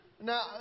Now